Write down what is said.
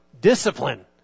discipline